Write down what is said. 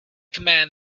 command